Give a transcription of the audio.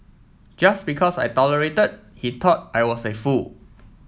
just because I tolerated he thought I was a fool